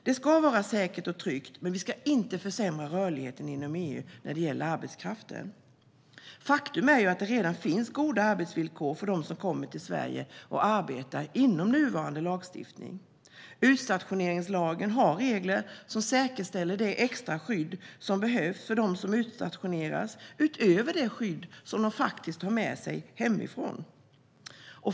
Det ska vara säkert och tryggt, men vi ska inte försämra rörligheten inom EU när det gäller arbetskraften. Faktum är ju att det redan finns goda arbetsvillkor för dem som kommer till Sverige och arbetar inom nuvarande lagstiftning. Utstationeringslagen har regler som säkerställer det extra skydd som behövs för dem som utstationeras, utöver det skydd de faktiskt har med sig hemifrån.